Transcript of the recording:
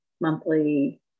monthly